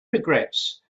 regrets